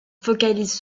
focalise